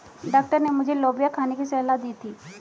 doctor ने मुझे लोबिया खाने की सलाह दी थी